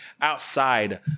outside